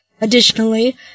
Additionally